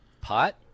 Pot